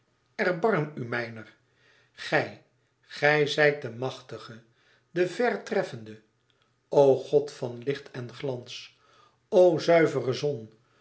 u mijner gij gij zijt de machtige de vèr treffende o god van licht en glans o zuivere zon